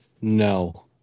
No